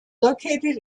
located